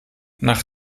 nach